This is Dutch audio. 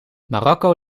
marokko